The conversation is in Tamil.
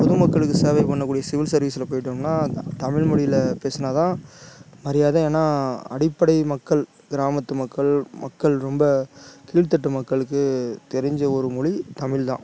பொதுமக்களுக்கு சேவை பண்ணக்கூடிய சிவில் சர்வீஸில் போயிட்டோம்னா த தமிழ் மொழியில் பேசுனால் தான் மரியாதை ஏன்னால் அடிப்படை மக்கள் கிராமத்து மக்கள் மக்கள் ரொம்ப கீழ்த்தட்டு மக்களுக்கு தெரிஞ்ச ஒரு மொழி தமிழ் தான்